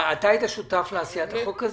שותף לעשיית החוק הזה.